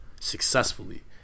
successfully